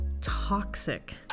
toxic